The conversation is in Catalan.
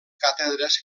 càtedres